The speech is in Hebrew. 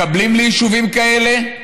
מקבלים ליישובים כאלה?